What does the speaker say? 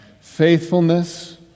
faithfulness